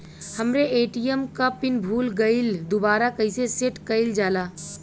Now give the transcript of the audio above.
हमरे ए.टी.एम क पिन भूला गईलह दुबारा कईसे सेट कइलजाला?